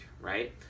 right